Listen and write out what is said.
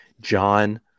John